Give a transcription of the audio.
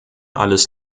alles